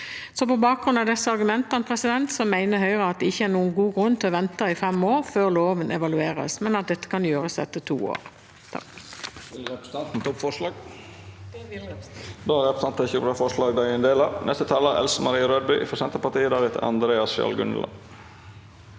På bakgrunn av disse argumentene mener Høyre at det ikke er noen god grunn til å vente i fem år før loven evalueres, men at dette kan gjøres etter to år.